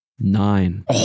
nine